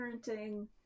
parenting